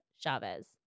Chavez